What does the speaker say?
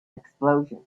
explosion